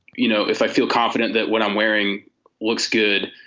you know, if i feel confident that what i'm wearing looks good,